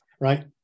right